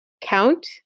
count